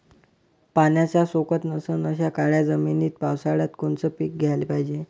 पाण्याचा सोकत नसन अशा काळ्या जमिनीत पावसाळ्यात कोनचं पीक घ्याले पायजे?